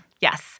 Yes